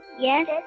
Yes